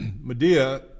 Medea